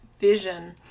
vision